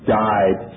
died